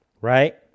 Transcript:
right